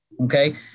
Okay